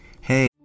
Hey